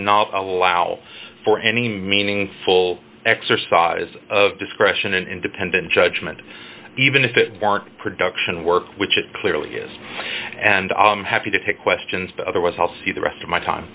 not allow for any meaningful exercise of discretion an independent judgment even if it weren't production work which it clearly is and i'm happy to take questions but otherwise i'll see the rest of my time